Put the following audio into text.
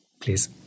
please